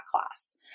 class